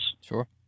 Sure